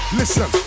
listen